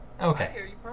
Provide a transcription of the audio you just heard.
Okay